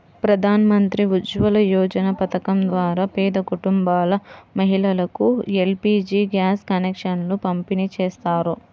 ప్రధాన్ మంత్రి ఉజ్వల యోజన పథకం ద్వారా పేద కుటుంబాల మహిళలకు ఎల్.పీ.జీ గ్యాస్ కనెక్షన్లను పంపిణీ చేస్తారు